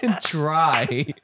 try